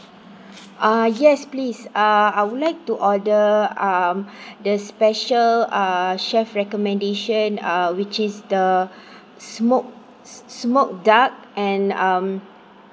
uh yes please uh I would like to order um the special uh chef recommendation uh which is the smoked smoked duck and um